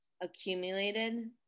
accumulated